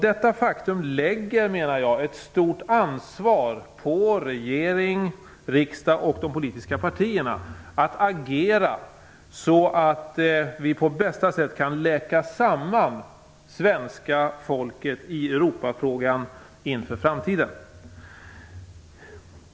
Detta faktum lägger ett stort ansvar på regering, riksdag och de politiska partierna att agera så att vi på bästa sätt kan länka samman svenska folket i Europafrågan inför framtiden.